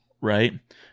right